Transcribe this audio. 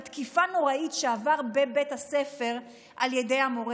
תקיפה נוראית שעבר בבית הספר על ידי המורה,